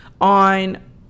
on